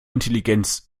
intelligenz